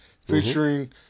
featuring